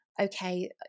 okay